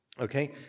Okay